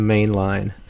Mainline